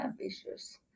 ambitious